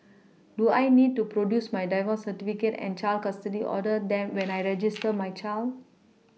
do I need to produce my divorce certificate and child custody order then when I register my child